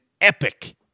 epic